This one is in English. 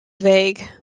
vague